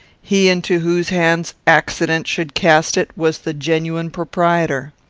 he into whose hands accident should cast it was the genuine proprietor.